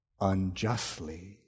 unjustly